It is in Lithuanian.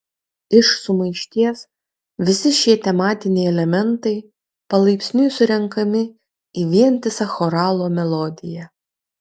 iš sumaišties visi šie tematiniai elementai palaipsniui surenkami į vientisą choralo melodiją